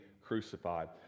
crucified